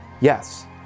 Yes